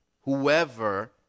whoever